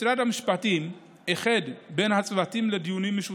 משרד המשפטים איחד בין הצוותים לדיונים משותפים,